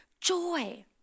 joy